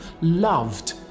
loved